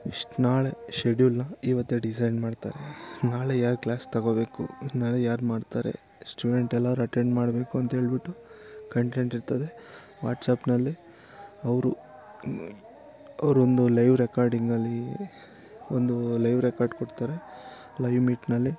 ಇಶ್ ನಾಳೆ ಶೆಡ್ಯೂಲನ್ನ ಇವತ್ತೇ ಡಿಸೈಡ್ ಮಾಡ್ತಾರೆ ನಾಳೆ ಯಾವ ಕ್ಲಾಸ್ ತಗೋಬೇಕು ನಾಳೆ ಯಾರು ಮಾಡ್ತಾರೆ ಸ್ಟೂಡೆಂಟ್ ಎಲ್ಲರು ಅಟೆಂಡ್ ಮಾಡಬೇಕು ಅಂತೇಳ್ಬಿಟ್ಟು ಕಂಟೆಂಟ್ ಇರ್ತದೆ ವಾಟ್ಸ್ಆ್ಯಪ್ನಲ್ಲಿ ಅವರು ಅವರೊಂದು ಲೈವ್ ರೆಕಾರ್ಡಿಂಗಲ್ಲಿ ಒಂದು ಲೈವ್ ರೆಕಾರ್ಡ್ ಕೊಡ್ತಾರೆ ಲೈವ್ ಮೀಟ್ನಲ್ಲಿ